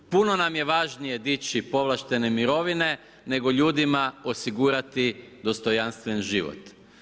Puno nam je važnije dići povlaštene mirovine nego ljudima osigurati dostojanstven život.